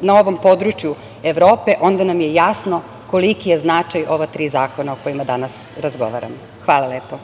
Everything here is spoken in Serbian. na ovom području Evrope, onda nam je jasno koliki je značaj ova tri zakona o kojima danas razgovaramo. Hvala lepo.